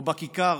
או בכיכר